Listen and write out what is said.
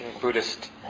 Buddhist